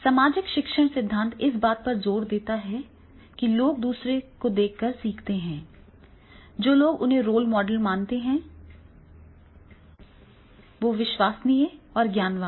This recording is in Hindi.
सामाजिक शिक्षण सिद्धांत इस बात पर जोर देता है कि लोग दूसरे को देखकर सीखते हैं जो लोग उन्हें रोल मॉडल मानते हैं जो विश्वसनीय और ज्ञानवान हैं